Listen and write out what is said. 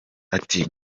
ati